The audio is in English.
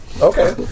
Okay